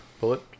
Bullet